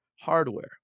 hardware